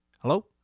Hello